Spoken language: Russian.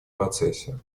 процессе